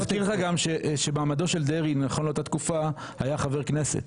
להזכיר לך גם שמעמדו של דרעי באותה תקופה היה חבר כנסת.